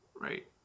right